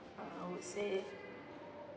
I would say